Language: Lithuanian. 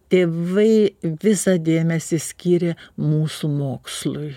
tėvai visą dėmesį skyrė mūsų mokslui